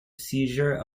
seizure